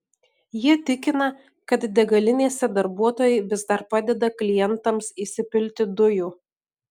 jie tikina kad degalinėse darbuotojai vis dar padeda klientams įsipilti dujų